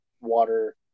water